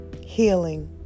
healing